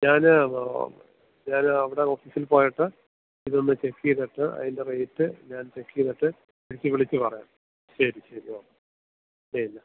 ഞാൻ ഞാൻ അവിടെ ഓഫീസിൽ പോയിട്ട് ഇതൊന്നു ചെക്ക് ചെയ്തിട്ട് അതിൻ്റെ റേയ്റ്റ് ഞാൻ ചെക്ക് ചെയ്തിട്ട് ചേച്ചിയെ വിളിച്ചു പറയാം ശരി ശരി ഓക്കേ ശരിയെന്നാൽ